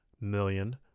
million